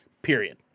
Period